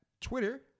Twitter